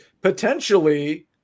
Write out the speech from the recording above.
potentially